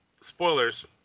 spoilers